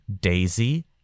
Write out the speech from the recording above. Daisy